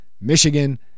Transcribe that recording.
Michigan